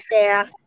Sarah